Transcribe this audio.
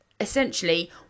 essentially